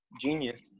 genius